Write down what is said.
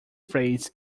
phrase